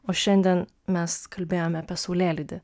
o šiandien mes kalbėjome apie saulėlydį